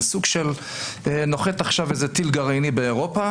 זה סוג של נוחת עכשיו איזה טיל גרעיני באירופה,